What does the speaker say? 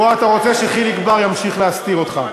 שאתה רוצה שחיליק בר ימשיך להסתיר אותך.